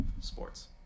sports